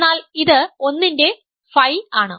എന്നാൽ ഇത് 1 ന്റെ Φ ആണ്